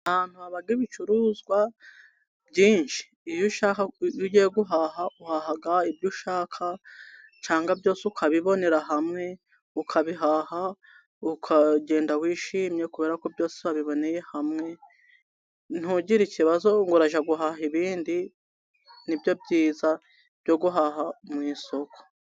Ahantu haba ibicuruzwa byinshi iyo ushaka kujya guhaha, uhaha ibyo ushaka cyangwa byose ukabibonera hamwe ukabihaha ukagenda wishimye kubera ko byose wabiboneye hamwe ntugire ikibazo cyo kujya guhaha ibind,i nibyo byiza byo guhaha mu isoko.